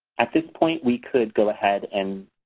at this point, we could go ahead and